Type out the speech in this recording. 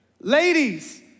Ladies